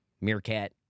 meerkat